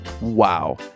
Wow